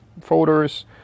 folders